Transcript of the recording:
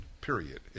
period